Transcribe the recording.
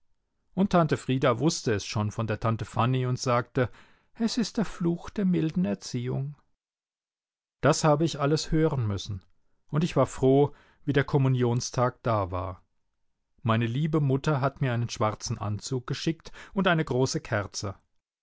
und tante frieda wußte es schon von der tante fanny und sagte es ist der fluch der milden erziehung das habe ich alles hören müssen und ich war froh wie der kommunionstag da war meine liebe mutter hat mir einen schwarzen anzug geschickt und eine große kerze